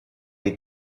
you